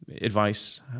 advice